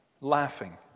laughing